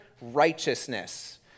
righteousness